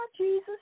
Jesus